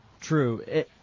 True